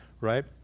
right